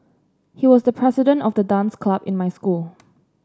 he was the president of the dance club in my school